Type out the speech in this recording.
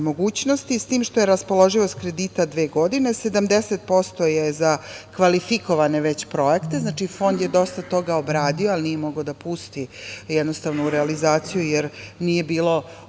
mogućnosti, s tim što je raspoloživost kredita dve godine, 70% je za kvalifikovane projekte, što znači da je Fond već dosta toga obradio, ali nije mogao da pusti u realizaciju, jer nije bilo